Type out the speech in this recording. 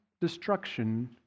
destruction